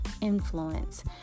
influence